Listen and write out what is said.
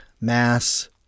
mass